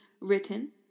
written